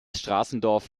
straßendorf